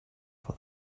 for